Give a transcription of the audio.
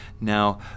Now